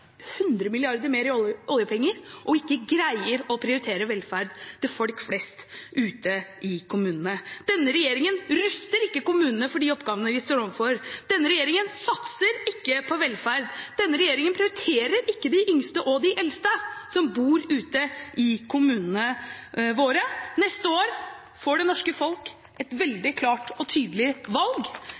100 mrd. kr mer i oljepenger og ikke greier å prioritere velferd til folk flest ute i kommunene. Denne regjeringen ruster ikke kommunene for de oppgavene vi står overfor. Denne regjeringen satser ikke på velferd. Denne regjeringen prioriterer ikke de yngste og de eldste som bor ute i kommunene våre. Neste år får det norske folk et veldig klart og tydelig valg: